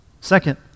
Second